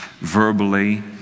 verbally